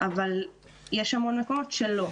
אבל יש המון מקומות שלא,